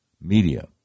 media